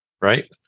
right